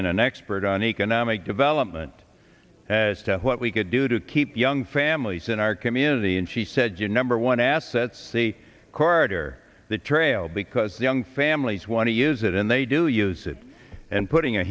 in an expert on economic development as to what we could do to keep young families in our community and she said your number one asset see corridor the trail because the young families want to use it and they do use it and putting a